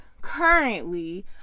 currently